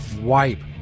wipe